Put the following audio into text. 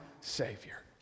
Savior